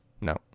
No